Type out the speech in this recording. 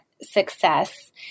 success